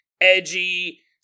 edgy